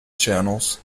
channels